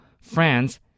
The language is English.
France